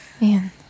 Man